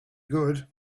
good